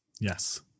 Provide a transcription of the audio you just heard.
Yes